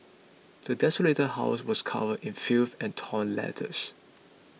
the desolated house was covered in filth and torn letters